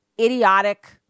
idiotic